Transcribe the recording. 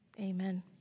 amen